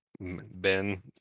Ben